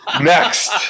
Next